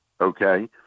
okay